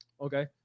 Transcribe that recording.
Okay